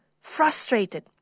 frustrated